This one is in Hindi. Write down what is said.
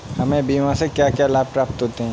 हमें बीमा से क्या क्या लाभ प्राप्त होते हैं?